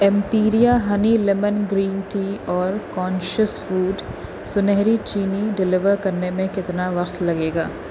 Imperia honey lemon green tea اور conscious food سنہری چینی ڈیلیور کرنے میں کتنا وقت لگے گا